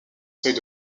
seuil